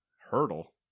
Hurdle